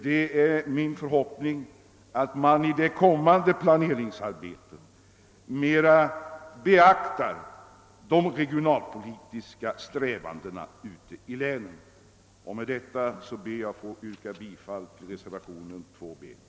Det är min förhoppning att man i det kommande planeringsarbetet mera beaktar de regionalpolitiska strävandena ute i länen. Med det anförda ber jag att få yrka bifall till reservationerna 2 b och 3.